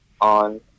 on